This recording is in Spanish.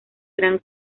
gran